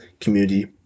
community